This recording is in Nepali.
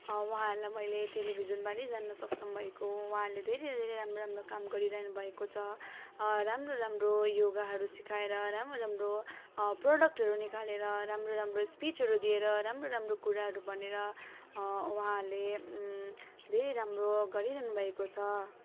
उहाँहरूलाई मैले टेलिभिजनबाटै जान्नु सक्षम भएको हो उहाँहरूले धेरै धेरै राम्रो राम्रो काम गरिरहनु भएको छ राम्रो राम्रो योगाहरू सिकाएर राम्रो राम्रो प्रडक्टहरू निकालेर राम्रो राम्रो स्पिचहरू दिएर राम्रो राम्रो कुराहरू भनेर उहाँहरूले धेरै राम्रो गरिरहनु भएको छ